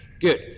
good